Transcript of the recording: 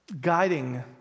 guiding